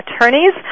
attorneys